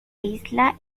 isla